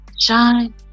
Shine